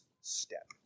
step